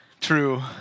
True